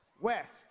West